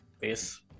Peace